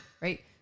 Right